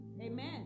amen